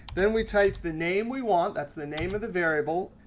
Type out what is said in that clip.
then we type the name we want. that's the name of the variable.